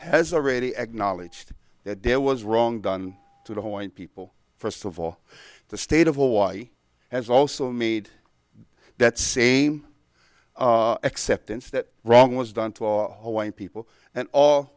has already acknowledged that there was wrong done to the whole point people first of all the state of hawaii has also made that same acceptance that wrong was done to our hawaiian people and all